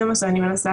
זה מה שאני מנסה להגיד.